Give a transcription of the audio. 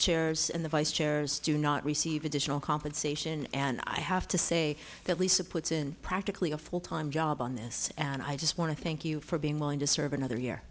chairs and the vice chair stu not receive additional compensation and i have to say that lisa puts in practically a full time job on this and i just want to thank you for being willing to serve another year